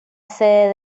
sede